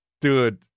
Dude